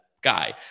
guy